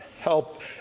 help